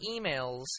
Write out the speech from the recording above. emails